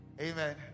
Amen